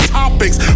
topics